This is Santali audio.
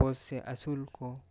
ᱵᱚᱥ ᱥᱮ ᱟᱹᱥᱩᱞᱠᱚ